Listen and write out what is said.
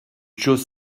chose